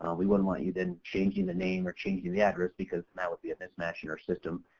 um we wouldn't want you then changing the name or changing the address because that would be a mismatch in our system,